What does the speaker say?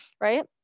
right